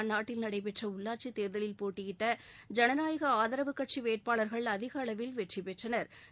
அந்நாட்டில் நடைபெற்ற உள்ளாட்சித் தேர்தலில் போட்டியிட்ட ஜனநாயக ஆதரவு கட்சி வேட்பாளா்கள் அதிக அளவில் வெற்றி பெற்றனா்